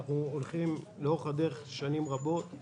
אנחנו הולכים לאורך הדרך שנים רבות.